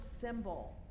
symbol